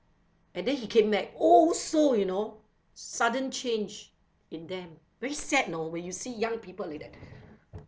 and then he came back also you know sudden change in them very sad you know when you see young people like that